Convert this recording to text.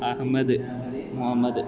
Ahmad Muhammad